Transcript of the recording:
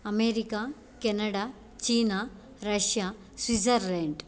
America Canada चीना Russia Switzerland